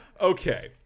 Okay